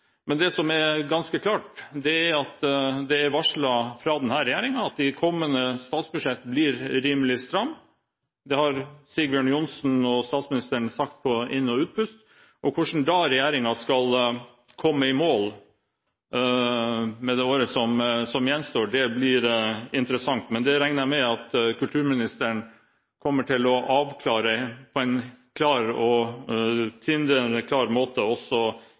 kommende statsbudsjetter blir rimelig stramme. Det har Sigbjørn Johnsen og statsministeren sagt på inn- og utpust. Hvordan regjeringen da skal komme i mål, med det året som gjenstår, blir interessant. Men det regner jeg med at kulturministeren kommer til å avklare på en tindrende klar